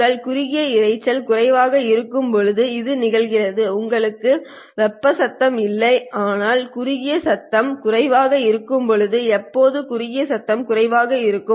உங்கள் குறுகிய இரைச்சல் குறைவாக இருக்கும்போது இது நிகழ்கிறது உங்களுக்கு வெப்ப சத்தம் இல்லை ஆனால் குறுகிய சத்தம் குறைவாக இருக்கும்போது எப்போது குறுகிய சத்தம் குறைவாக இருக்கும்